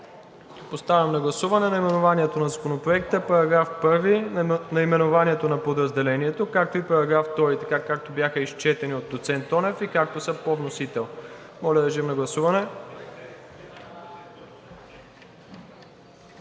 Подлагам на гласуване наименованието на Законопроекта, § 1, наименованието на подразделението, както и § 2 така, както бяха изчетени от доцент Тонев и както са по вносител. Моля, режим на гласуване.